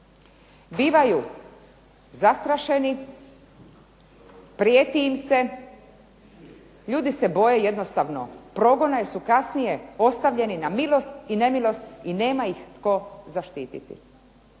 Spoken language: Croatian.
bivaju zastrašeni, prijeti im se, ljudi se boje jednostavno progona jer su kasnije ostavljeni na milost i nemilost i nema ih tko zaštititi.